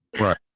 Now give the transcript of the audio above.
Right